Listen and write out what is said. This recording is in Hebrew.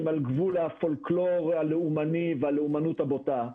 שהם על גבול הפולקלור הלאומני והלאומנות הבוטה.